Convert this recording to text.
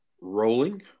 rolling